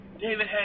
David